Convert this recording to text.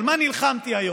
על מה נלחמתי היום?